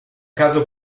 caso